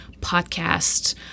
podcast